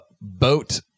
Boat